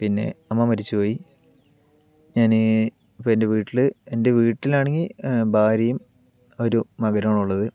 പിന്നെ അമ്മ മരിച്ചുപോയി ഞാന് ഇപ്പോൾ എൻ്റെ വീട്ടില് എൻ്റെ വീട്ടിലാണെങ്കിൽ ഭാര്യയും ഒരു മകനുമാണുള്ളത്